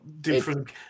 different